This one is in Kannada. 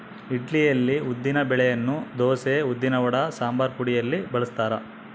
ಇಡ್ಲಿಯಲ್ಲಿ ಉದ್ದಿನ ಬೆಳೆಯನ್ನು ದೋಸೆ, ಉದ್ದಿನವಡ, ಸಂಬಾರಪುಡಿಯಲ್ಲಿ ಬಳಸ್ತಾರ